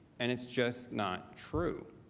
and it's just not true.